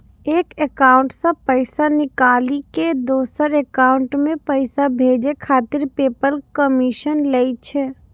एक एकाउंट सं पैसा निकालि कें दोसर एकाउंट मे पैसा भेजै खातिर पेपल कमीशन लै छै